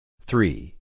Three